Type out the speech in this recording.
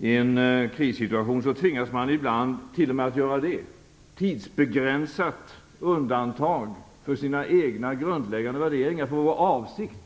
I en krissituation tvingas man ibland att göra t.o.m. det - ett tidsbegränsat undantag från de egna grundläggande värderingarna. Avsikten